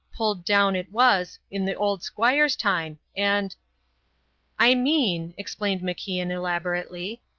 pulled down it was, in the old squire's time, and i mean, explained macian elaborately,